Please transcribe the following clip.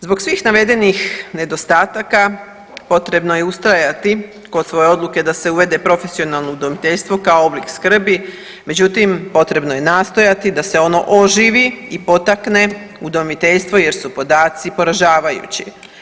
Zbog svih navedenih nedostataka potrebno je ustrajati kod svoje odluke da se uvede profesionalno udomiteljstvo kao oblik skrbi, međutim potrebno je nastojati da se ono oživi i potakne udomiteljstvo jer su podaci poražavajući.